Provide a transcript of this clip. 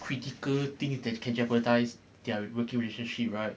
critical things that can jeopardise their working relationship right